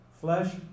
flesh